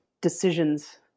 decisions